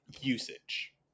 usage